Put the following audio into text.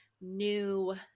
new